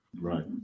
right